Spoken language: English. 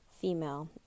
female